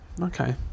okay